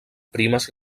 primes